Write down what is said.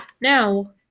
Now